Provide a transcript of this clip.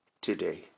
today